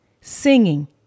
singing